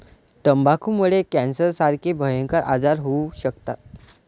तंबाखूमुळे कॅन्सरसारखे भयंकर आजार होऊ शकतात